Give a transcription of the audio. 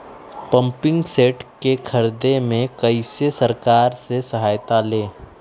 Pumping set के ख़रीदे मे कैसे सरकार से सहायता ले?